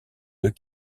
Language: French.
deux